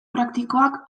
praktikoak